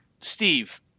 Steve